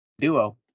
duo